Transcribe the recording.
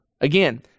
Again